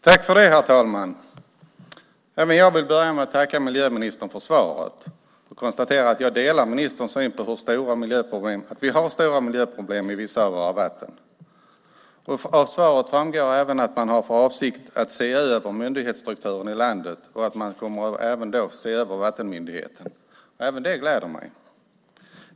Herr talman! Även jag vill börja med att tacka miljöministern för svaret. Jag kan konstatera att jag delar ministerns syn på att vi har stora miljöproblem i vissa av våra vatten. Ur svaret framgår även att man har för avsikt att se över myndighetsstrukturen i landet och att man då även kommer att se över vattenmyndigheterna. Även det gläder mig.